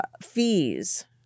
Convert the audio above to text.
fees